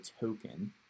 token